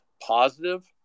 positive